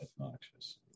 obnoxious